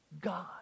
God